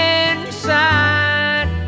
inside